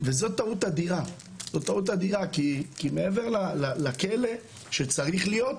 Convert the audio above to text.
וזו טעות אדירה, כי מעבר לכלא שצריך להיות,